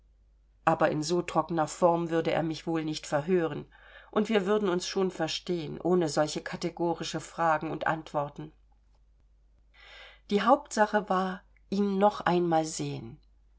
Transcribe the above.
aber in so trockener form würde er mich wohl nicht verhören und wir würden uns schon verstehen ohne solche kategorische fragen und antworten die hauptsache war ihn noch einmal sehen